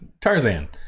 Tarzan